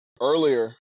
earlier